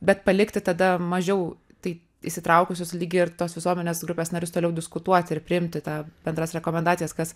bet palikti tada mažiau tai įsitraukusius lyg irtos visuomenės grupės narius toliau diskutuoti ir priimti tą bendras rekomendacijas kas